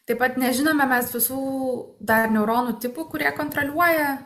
taip pat nežinome mes visų dar neuronų tipų kurie kontroliuoja